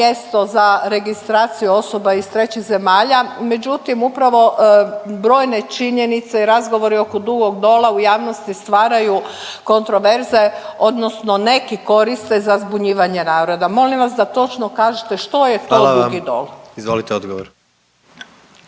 mjesto za registraciju osoba iz trećih zemalja, međutim upravo brojne činjenice i razgovori oko Dugog Dola u javnosti stvaraju kontroverze odnosno neki koriste za zbunjivanje naroda. Molim vas da točno kažete što je to…/Upadica predsjednik: Hvala